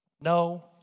No